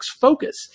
Focus